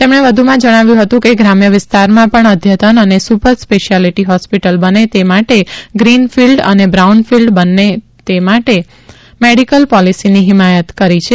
તેમણે વધુમાં જણાવ્યું હતું કે ગ્રામ્ય વિસ્તારમાં પણ અદ્યતન અને સુપર સ્પેશ્યાલીટી હોસ્પિટલ બને તે માટે ગ્રીન ફિલ્ડ અને બ્રાઉન ફિલ્ડ બને તે માટે મેડિકલ પોલીસીની હિમાયત કરી છે